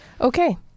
Okay